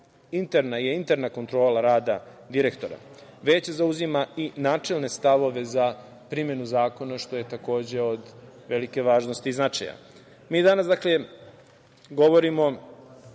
svojevrsna je i interna kontrola rada direktora. Veće zauzima i načelne stavove za primenu zakona, što je takođe od velike važnosti i značaja. Mi danas, dakle, govorimo,